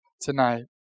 tonight